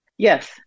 Yes